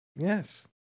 Yes